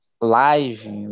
live